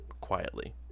quietly